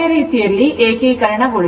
ಅದೇ ರೀತಿಯಲ್ಲಿ ಏಕೀಕರಣಗೊಳಿಸಿ